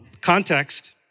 Context